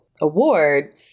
Award